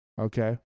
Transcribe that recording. Okay